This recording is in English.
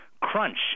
crunch